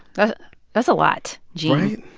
ah that's a lot, gene right?